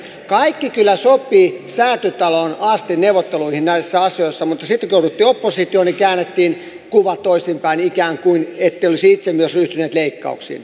kaikki kyllä sopi säätytalon neuvotteluihin asti näissä asioissa mutta sitten kun jouduttiin oppositioon niin käännettiin kuva toisin päin ikään kuin ette olisi itse myös ryhtyneet leikkauksiin